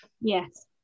Yes